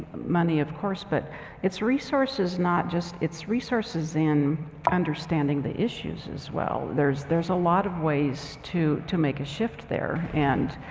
money, of course. but it's resources not just, it's resources and understanding the issues as well. there's there's a lot of ways to to make a shift there and